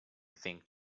think